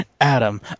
Adam